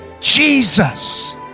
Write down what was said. Jesus